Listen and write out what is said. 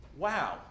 Wow